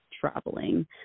traveling